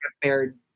prepared